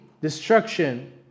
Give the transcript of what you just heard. destruction